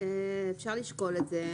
אפשר לשקול את זה.